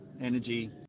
energy